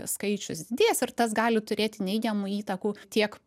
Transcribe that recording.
skaičius didės ir tas gali turėti neigiamų įtakų tiek